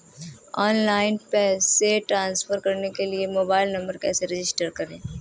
Online पैसे transfer करने के लिए मोबाइल नंबर कैसे रजिस्टर करें?